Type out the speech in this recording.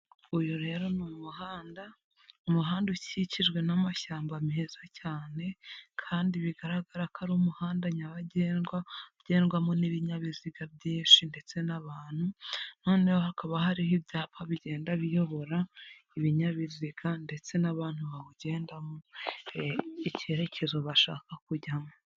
Uyu rero ni umuhanda, umuhanda ukikijwe n'amashyamba meza cyane, kandi bigaragara ko ari umuhanda nyabagendwa, ugendwamo n'ibinyabiziga byinshi ndetse n'abantu, noneho hakaba hariho ibyapa bigenda biyobora ibinyabiziga, ndetse n'abantu bawugendamo, icyerekezo bashaka kujyamo.